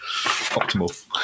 optimal